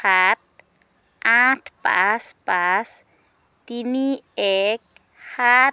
সাত আঠ পাঁচ পাঁচ তিনি এক সাত